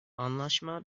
anlaşma